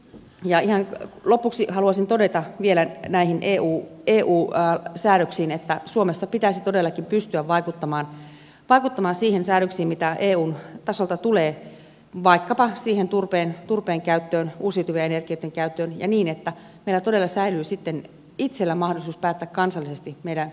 ja ihan lopuksi haluaisin todeta vielä näihin eu säädöksiin että suomessa pitäisi todellakin pystyä vaikuttamaan niihin säädöksiin mitä eun tasolta tulee vaikkapa siihen turpeen käyttöön uusiutuvien energioitten käyttöön ja niin että meillä todella säilyy sitten itsellä mahdollisuus päättää kansallisesti meidän metsäpolitiikastamme